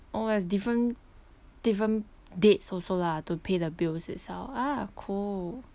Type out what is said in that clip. oh there's different different dates also lah to pay the bills itself ah cool